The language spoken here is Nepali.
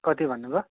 कति भन्नुभयो